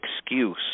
excuse